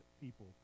people